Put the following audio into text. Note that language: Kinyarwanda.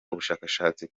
ubushakashatsi